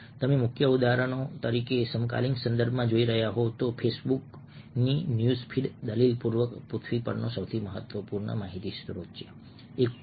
તેથી મુખ્ય ઉદાહરણો ઉદાહરણ તરીકે જો તમે સમકાલીન સંદર્ભમાં જોઈ રહ્યા હોવ તો ફેસબુક ની ન્યૂઝ ફીડ દલીલપૂર્વક પૃથ્વી પરનો સૌથી મહત્વપૂર્ણ માહિતી સ્ત્રોત છે 1